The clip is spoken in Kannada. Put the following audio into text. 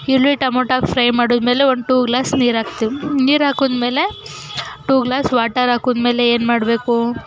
ಈರುಳ್ಳಿ ಟೊಮೊಟೊ ಹಾಕಿಕ್ ಫ್ರೈ ಮಾಡಿದ್ಮೇಲೆ ಒಂದು ಟು ಗ್ಲಾಸ್ ನೀರು ಹಾಕ್ತೀವಿ ಹಾಕಿದ್ಮೇಲೆ ಟು ಗ್ಲಾಸ್ ವಾಟರ್ ಹಾಕಿದ್ಮೇಲೆ ಏನು ಮಾಡಬೇಕು